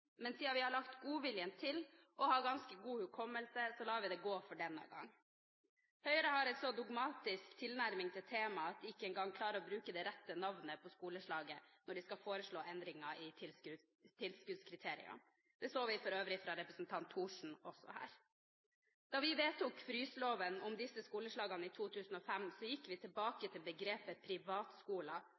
men siden vi har lagt godviljen til og har ganske god hukommelse, lar vi det gå for denne gang. Høyre har en så dogmatisk tilnærming til temaet at de ikke engang klarer å bruke det rette navnet på skoleslaget når de skal foreslå endringer i tilskuddskriteriene. Det hørte vi for øvrig også fra representanten Thorsen her. Da vi vedtok å fryse loven om disse skoleslagene i 2005, gikk vi tilbake til begrepet